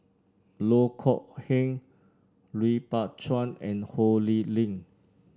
Loh Kok Heng Lui Pao Chuen and Ho Lee Ling